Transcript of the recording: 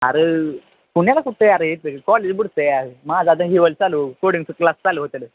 अरे पुण्याला कुठं अरे कॉलेज बुडतं आहे माझं आता ही चालू कोडिंगचे क्लास चालू होतील